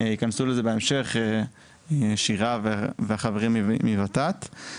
ייכנסו לזה בהמשך, שירה והחברים מות"ת.